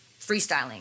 freestyling